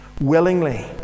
Willingly